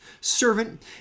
servant